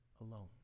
alone